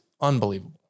unbelievable